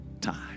time